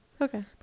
okay